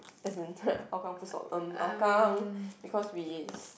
as in Hougang full stop erm Hougang because we